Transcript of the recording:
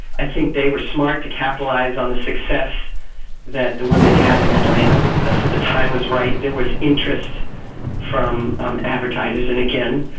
i think they were smart to capitalize on the success that the women had in atlanta. so the time was right. there was interest from um advertisers. and again,